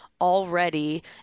already